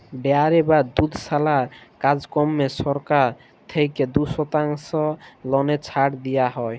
dairy বা দুধশালার কাজকম্মে সরকার থ্যাইকে দু শতাংশ ললে ছাড় দিয়া হ্যয়